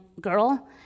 girl